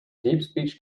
deepspeech